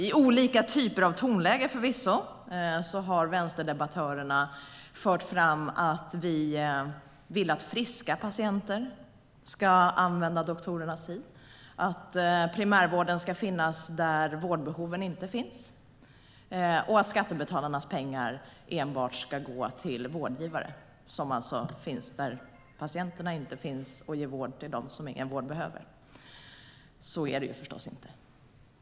I olika typer av tonläge, förvisso, har vänsterdebattörerna fört fram att vi vill att friska patienter ska använda doktorernas tid, att primärvården ska finnas där vårdbehoven inte finns och att skattebetalarnas pengar enbart ska gå till vårdgivare, som finns där patienterna inte finns och ger vård till dem som ingen vård behöver. Så är det förstås inte.